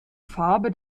farbe